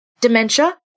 dementia